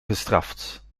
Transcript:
gestraft